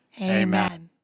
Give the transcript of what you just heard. Amen